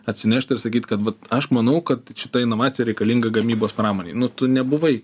atsinešt ir sakyt kad vat aš manau kad šita inovacija reikalinga gamybos pramonei nu tu nebuvai